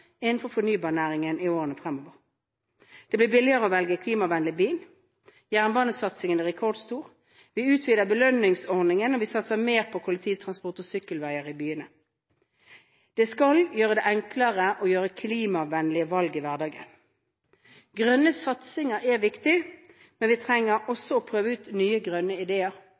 innenfor fornybarnæringen i årene fremover. Det blir billigere å velge klimavennlig bil. Jernbanesatsingen er rekordstor. Vi utvider belønningsordningen, og vi satser mer på kollektivtransport og sykkelveier i byene. Det skal gjøres enklere å gjøre klimavennlige valg i hverdagen. Grønne satsinger er viktig, men vi trenger også å prøve ut nye grønne ideer.